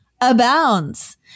abounds